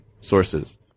sources